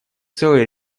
целый